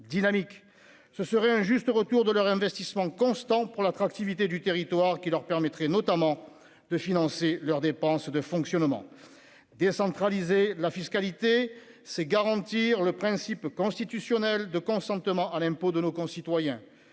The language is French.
dynamique, ce serait un juste retour de leur investissement constant pour l'attractivité du territoire qui leur permettraient notamment de financer leurs dépenses de fonctionnement décentralisé, la fiscalité, c'est garantir le principe constitutionnel de consentement à l'impôt de nos concitoyens,